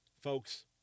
Folks